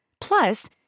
Plus